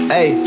Hey